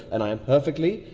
and i am perfectly,